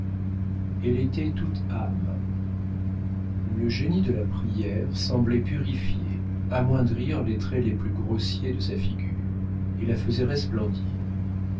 elle était tout âme le génie de la prière semblait purifier amoindrir les traits les plus grossiers de sa figure et la faisait resplendir